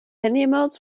animals